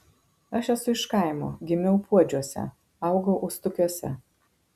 aš esu iš kaimo gimiau puodžiuose augau ustukiuose